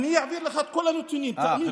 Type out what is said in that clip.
אני אעביר לך את כל הנתונים, תאמין לי.